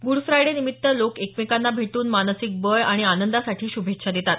good Friday निमित्त लोक एकमेकांना भेटून मानसिक बळ आणि आनंदासाठी शुभेच्छा देतात